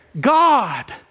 God